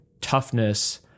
toughness